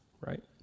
right